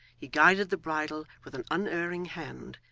he guided the bridle with an unerring hand,